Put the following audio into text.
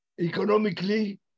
economically